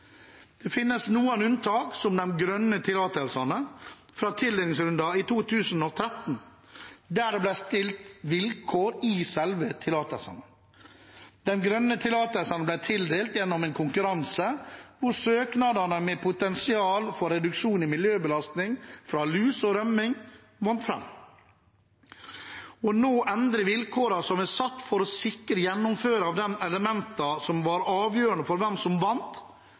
Det finnes noen unntak, som de grønne tillatelsene fra tildelingsrunden i 2013, der det ble stilt vilkår i selve tillatelsene. De grønne tillatelsene ble tildelt gjennom en konkurranse hvor søknadene med potensial for reduksjon i miljøbelastning fra lus og rømming vant fram. Nå å endre vilkårene som er satt for å sikre gjennomføringen av de elementene som var avgjørende for hvem som vant,